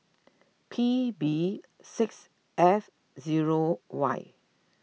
P B six F zero Y